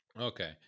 okay